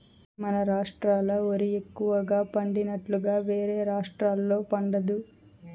మన రాష్ట్రాల ఓరి ఎక్కువగా పండినట్లుగా వేరే రాష్టాల్లో పండదు